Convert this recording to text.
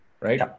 right